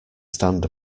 stand